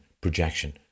projection